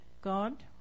God